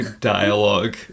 dialogue